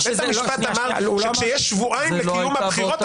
בית המשפט אמר שכשיש שבועיים לקיום הבחירות,